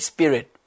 Spirit